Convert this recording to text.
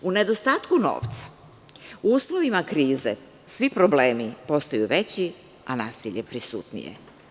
U nedostatku novca, u uslovima krize svi problemi postaju veći, a nasilje prisutnije.